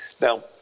Now